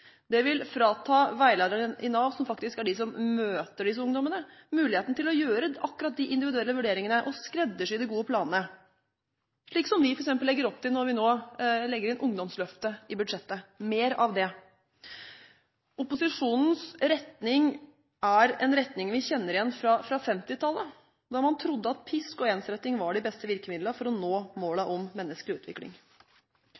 Det vil frata veilederne i Nav, som møter disse ungdommene, muligheten til å gjøre akkurat de individuelle vurderingene og skreddersy de gode planene, slik vi f.eks. legger opp til når vi nå legger ungdomsløftet inn i budsjettet – mer av det. Opposisjonens retning er en retning vi kjenner igjen fra 1950–tallet, da man trodde at pisk og ensretting var de beste virkemidlene for å nå